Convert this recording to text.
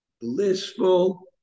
blissful